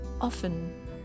Often